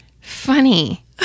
funny